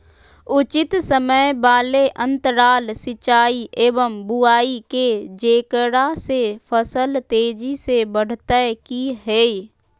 उचित समय वाले अंतराल सिंचाई एवं बुआई के जेकरा से फसल तेजी से बढ़तै कि हेय?